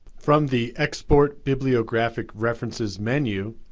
from the export bibliographic references menu,